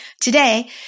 Today